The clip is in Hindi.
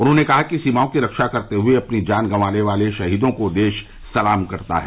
उन्होंने कहा कि सीमाओं की रक्षा करते हए अपनी जान गंवाने वाले शहीदों को देश सलाम करता है